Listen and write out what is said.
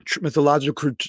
mythological